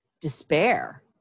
despair